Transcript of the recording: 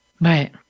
Right